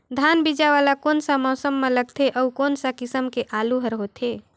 धान बीजा वाला कोन सा मौसम म लगथे अउ कोन सा किसम के आलू हर होथे?